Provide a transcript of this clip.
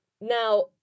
Now